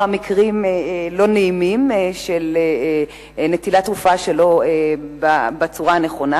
מקרים לא נעימים של נטילת תרופה שלא בצורה הנכונה,